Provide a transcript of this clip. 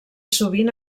sovint